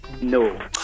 no